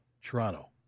Toronto